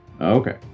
Okay